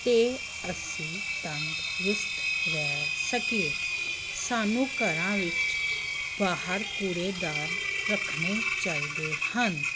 ਅਤੇ ਅਸੀਂ ਤੰਦਰੁਸਤ ਰਹਿ ਸਕੀਏ ਸਾਨੂੰ ਘਰਾਂ ਵਿੱਚ ਬਾਹਰ ਕੂੜੇਦਾਨ ਰੱਖਣੇ ਚਾਹੀਦੇ ਹਨ